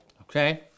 okay